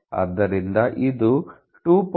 ಆದ್ದರಿಂದ ಇದು 2